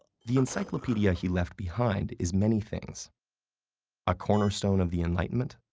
the encyclopedia he left behind is many things a cornerstone of the enlightenment,